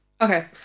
Okay